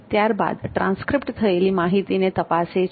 ત્યારબાદ ટ્રાંસ્ક્રિપ્ટ થયેલી માહિતીને તપાસે છે